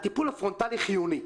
הטיפול הפרונטלי חיוני.